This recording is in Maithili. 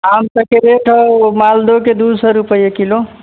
आमसभके रेट हौ मालदहके दू सए रुपैए किलो